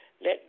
Let